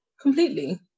Completely